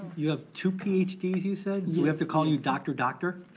you have two ph d s you said? do we have to call you doctor doctor?